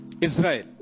Israel